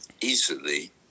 easily